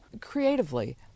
Creatively